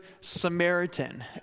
Samaritan